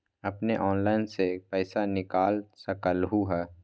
अपने ऑनलाइन से पईसा निकाल सकलहु ह?